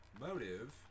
motive